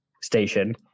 station